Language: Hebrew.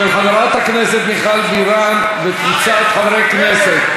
של חברת הכנסת מיכל בירן וקבוצת חברי הכנסת,